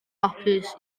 hapus